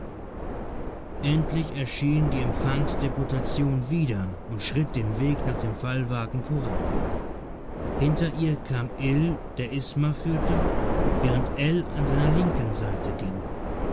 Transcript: endlich erschien die empfangsdeputation wieder und schritt den weg nach dem fallwagen voran hinter ihr kam ill der isma führte während ell an seiner linken seite ging